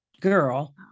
girl